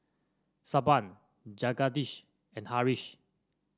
Suppiah Jagadish and Haresh